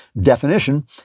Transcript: definition